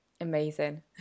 Amazing